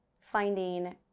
finding